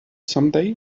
someday